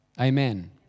Amen